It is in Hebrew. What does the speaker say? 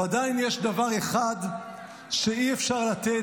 ועדיין יש דבר אחד שאי-אפשר לתת,